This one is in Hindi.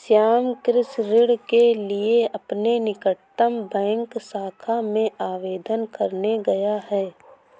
श्याम कृषि ऋण के लिए अपने निकटतम बैंक शाखा में आवेदन करने गया है